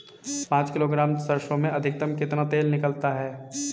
पाँच किलोग्राम सरसों में अधिकतम कितना तेल निकलता है?